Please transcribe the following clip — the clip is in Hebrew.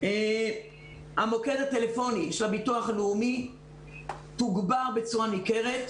המוקד הטלפוני של הביטוח הלאומי תוגבר בצורה ניכרת.